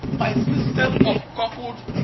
my system of coupled,